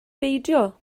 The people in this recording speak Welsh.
beidio